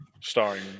starring